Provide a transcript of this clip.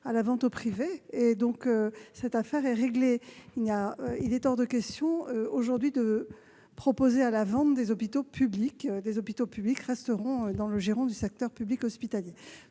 officiellement devant vous. L'affaire est donc réglée. Il est hors de question aujourd'hui de proposer à la vente des hôpitaux publics : les hôpitaux publics resteront dans le giron du secteur public hospitalier.